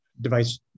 device